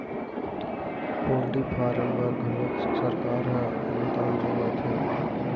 poultry farm बर घलोक सरकार ह अनुदान देवत हे